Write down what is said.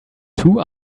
two